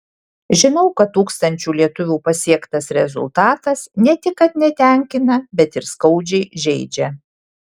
žinau kad tūkstančių lietuvių pasiektas rezultatas ne tik kad netenkina bet ir skaudžiai žeidžia